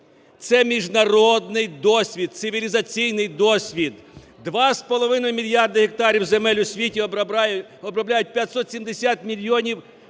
Це міжнародний досвід, цивілізаційний досвід. Два з половиною мільярда гектарів земель у світі обробляють 570 мільйонів